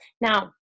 Now